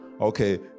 Okay